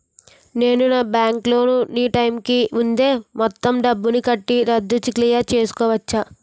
నేను నా bank loan నీ టైం కీ ముందే మొత్తం డబ్బుని కట్టి రద్దు క్లియర్ చేసుకోవచ్చా?